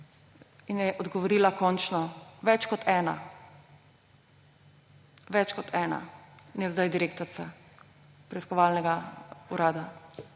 In je odgovorila končno – Več kot 1. Več kot 1. In je sedaj direktorica preiskovalnega urada.